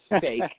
fake